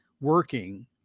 working